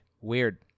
Weird